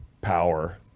power